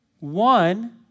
One